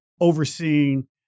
overseeing